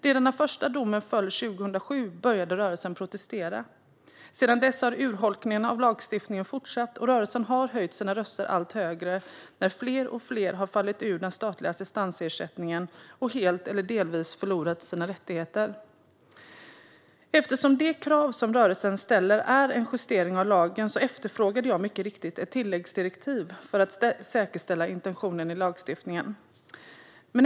Redan när första domen föll 2007 började rörelsen protestera. Sedan dess har urholkningen av lagstiftningen fortsatt, och rörelsen har höjt sina röster alltmer när fler och fler har fallit ur den statliga assistansersättningen och helt eller delvis förlorat sina rättigheter. Eftersom det krav som rörelsen ställer är en justering av lagen efterfrågade jag mycket riktigt ett tilläggsdirektiv för att säkerställa intentionen i lagstiftningen.